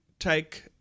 take